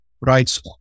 rights